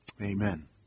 Amen